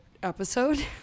episode